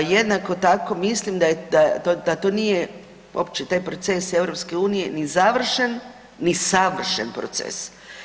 Jednako tako mislim da to nije opće taj proces EU ni završen, ni savršen proces.